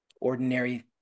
ordinary